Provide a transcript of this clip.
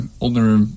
older